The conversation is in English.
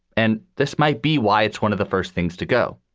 and this might be why it's one of the first things to go,